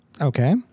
Okay